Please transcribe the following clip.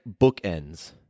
bookends